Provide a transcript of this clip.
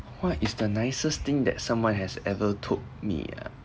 what is the nicest thing that someone has ever told me ah